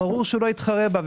ברור שהוא לא יתחרה בה.